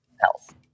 health